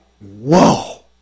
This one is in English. Whoa